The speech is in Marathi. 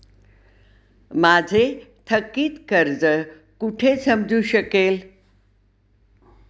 माझे थकीत कर्ज कुठे समजू शकेल?